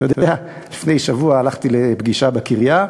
אתה יודע, לפני שבוע הלכתי לפגישה בקריה,